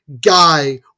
guy